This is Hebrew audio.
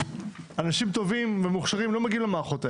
אנשים טובים ומוכשרים לא מגיעים למערכות האלו.